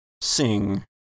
Sing